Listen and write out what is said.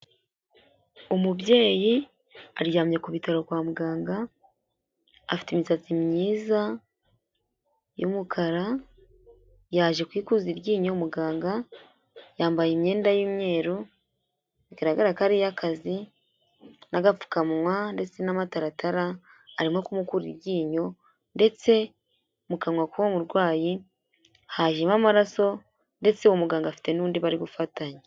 Umubyeyi aryamye ku bitaro kwa muganga afite imisatsi myiza y'umukara, yaje kwikuza iryinyo muganga yambaye imyenda y'umweru, bigaragara ka ari iy'akazi n'agapfukamunwa ndetse n'amataratara arimo kumukura iryinyo ndetse mu kanwa k'uwo murwayi hajemo amaraso ndetse umuganga afite n'undi bari gufatanya.